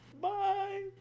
Bye